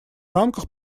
рамках